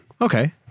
Okay